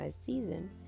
season